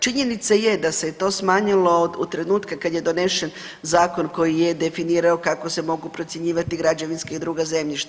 Činjenica je da se je to smanjilo od trenutka kad je donesen zakon koji je definirao kako se mogu procjenjivati građevinska i druga zemljišta.